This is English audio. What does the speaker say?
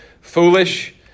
foolish